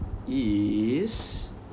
is